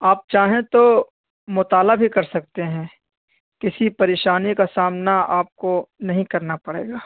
آپ چاہیں تو مطالعہ بھی کر سکتے ہیں کسی پریشانی کا سامنا آپ کو نہیں کرنا پڑے گا